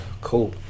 Cool